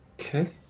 Okay